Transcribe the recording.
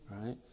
right